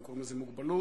הם קוראים לזה מוגבלות.